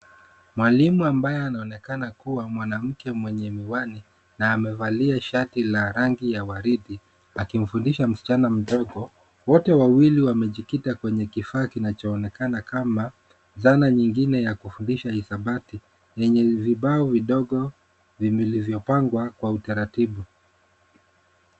Mwalimu ambaye anaonekana kuwa mwanamke mwenye miwani na amevalia shati la rangi ya waridi akimfundisha msichana mdogo ,wote wawili wamejikita kwenye kifaa kinachoonekana kama dhana nyingine ya kufundisha hisabati yenye vibao vidogo vilivyopangwa kwa utaratibu.